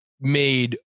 made